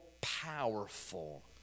powerful